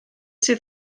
sydd